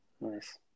nice